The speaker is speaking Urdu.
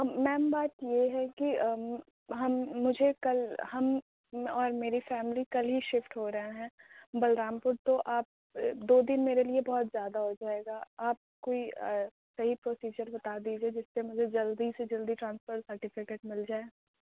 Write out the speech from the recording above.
میم بات یہ ہے کہ ہم مجھے کل ہم اور میری فیملی کل ہی شفٹ ہو رہے ہیں بلرامپور تو آپ دو دِن میرے لیے بہت زیادہ ہو جائے گا آپ کوئی صحیح پروسیجر بتا دیجیے جس سے مجھے جلدی سے جلدی ٹرانسفر سرٹیفکٹ مل جائے